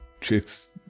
chicks